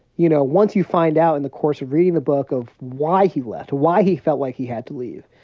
you know, once you find out in the course of reading the book of why he left, why he felt like he had to leave,